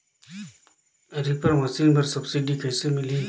Reaper machine बर subsidy कइसे मिलही?